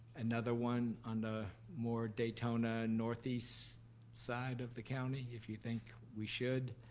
another one on the more daytona northeast side of the county, if you think we should?